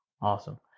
Awesome